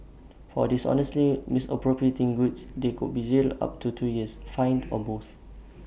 for dishonestly misappropriating goods they could be jailed up to two years fined or both